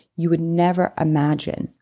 you would never imagine,